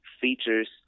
features